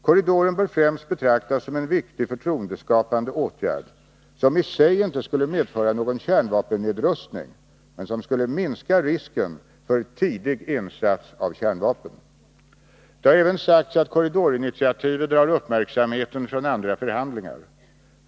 Korridoren bör främst betraktas som en viktig förtroendeskapande åtgärd, som i sig inte skulle medföra någon kärnvapennedrustning, men som skulle minska risken för tidig insats av kärnvapen. Det har även sagts att korridorinitiativet drar uppmärksamheten från andra förhandlingar.